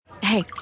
Hey